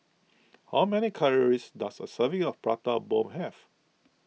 how many calories does a serving of Prata Bomb have